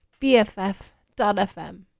BFF.FM